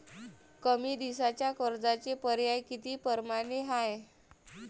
कमी दिसाच्या कर्जाचे पर्याय किती परमाने हाय?